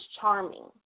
Charming